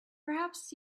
perhaps